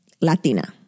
Latina